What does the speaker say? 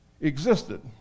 existed